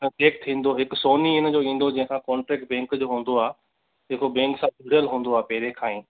ऐं चेक थींदो हिकु सोनी इन जो ईंदो जंहिंसां कॉन्ट्रेक्ट बैंक जो हुंदो आहे जेको बैंक सां जुड़ियल हुंदो आहे पहिरीं खां ई